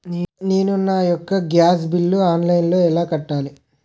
నేను నా యెక్క గ్యాస్ బిల్లు ఆన్లైన్లో ఎలా కట్టాలి?